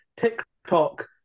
TikTok